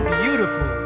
beautiful